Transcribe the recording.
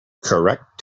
correct